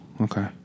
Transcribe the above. okay